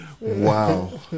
Wow